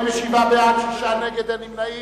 47 בעד, שישה נגד, אין נמנעים.